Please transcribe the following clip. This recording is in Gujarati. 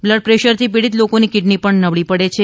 બ્લડ પ્રેશરથી પીડિત લોકોની કિડની પણ નબળી પડે છે